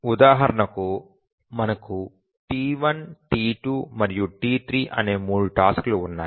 ఉదాహరణకు మనకు T1 T2 మరియు T3 అనే 3 టాస్క్ లు ఉన్నాయి